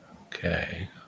Okay